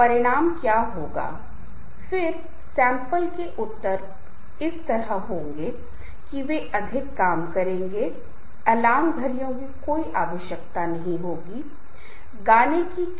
तो बेशक ऐसे लोग हैं जो सामान्य दोस्त हैं इसलिए वे एक साथ आते हैं और वे एक समूह बनाते हैं जिसे संदर्भ समूह कहा जाता है